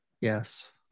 Yes